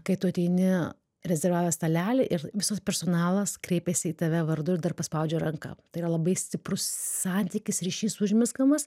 kai tu ateini rezervavęs stalelį ir visas personalas kreipiasi į tave vardu ir dar paspaudžia ranką tai yra labai stiprus santykis ryšys užmezgamas